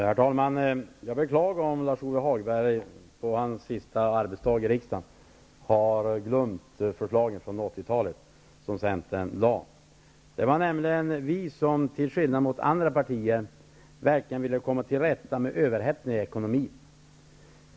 Herr talman! Jag beklagar om Lars-Ove Hagberg sin sista arbetsdag i riksdagen har glömt de förslag om Centern lade fram på 80-talet. Det var nämligen vi som, till skillnad mot andra partier, verkligen ville komma till rätta med överhettningen i ekonomin.